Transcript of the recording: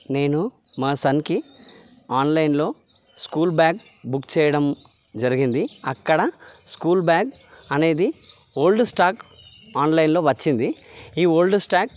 నేను మా సన్కి ఆన్లైన్లో స్కూల్ బ్యాగ్ బుక్ చేయడం జరిగింది అక్కడ స్కూల్ బ్యాగ్ అనేది ఓల్డ్ స్టాక్ ఆన్లైన్లో వచ్చింది ఈ ఓల్డ్ స్టాక్